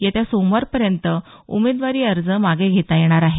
येत्या सोमवारपर्यंत उमेदवारी अर्ज मागे घेता येणार आहेत